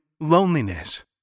Loneliness